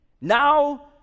now